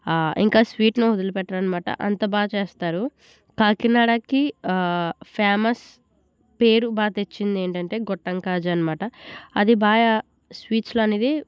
ఆ ఇంకా ఆ స్వీట్ వదిలిపెట్టరు అన్నమాట అంత బాగా చేస్తారు కాకినాడకి ఫేమస్ పేరు బాగా తెచ్చింది ఏంటంటే గొట్టం కాజా అన్నమాట అది బాగ స్వీట్స్ అనేది